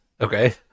Okay